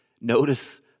notice